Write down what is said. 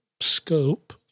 scope